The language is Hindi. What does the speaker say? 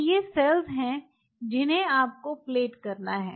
तो ये सेल्स हैं जिन्हें आपको प्लेट करना है